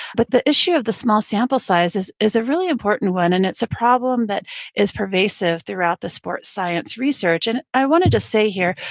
but the issue of the small sample size is is a really important one, and it's a problem that is pervasive throughout the sport science research and i wanted to say here,